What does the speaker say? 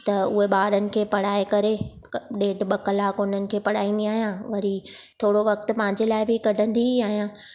त उहे ॿारनि खे पढ़ाए करे हिकु ॾेढु ॿ कलाक उन्हनि खे पढ़ाईंदी आहियां वरी थोरो वक़्तु मां पंहिंजे लाइ बि कढंदी ई आहियां